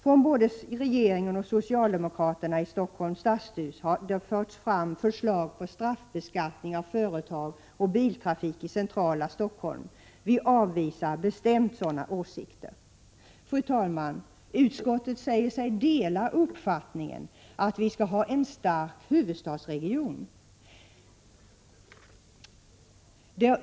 Från både regeringen och socialdemokraterna i Stockholms stadshus har det förts fram förslag om straffbeskattning av företag och biltrafik i centrala Stockholm. Vi avvisar bestämt sådana åsikter. Utskottet säger sig dela uppfattningen att vi skall ha en stark huvudstadsregion.